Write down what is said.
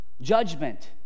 judgment